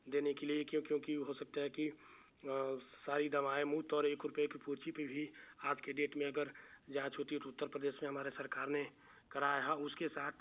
देने के लिए क्यों क्योंकि हो सकता है कि सारी दवाएँ मुफ़्त और एक रुपये की पूँजी पर भी आज के डेट में अगर जाँच होती है तो उत्तर प्रदेश में हमारे सरकार ने कराया है उसके साथ